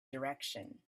direction